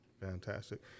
Fantastic